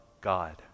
God